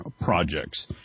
projects